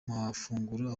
mafunguro